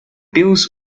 bills